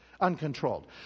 Uncontrolled